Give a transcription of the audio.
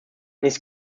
nichts